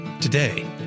Today